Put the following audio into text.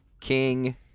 king